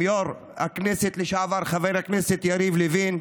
עם יו"ר הכנסת לשעבר חבר הכנסת יריב לוין,